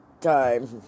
time